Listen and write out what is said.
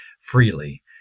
freely